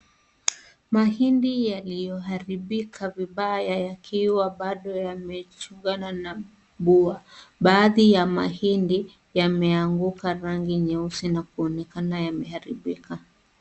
Mahindi yaliyoharibika vibaya yakiwa bado yamechungana na bua. Baadhi ya mahindi yameanguka rangi nyeusi na kuonekana yameharibika.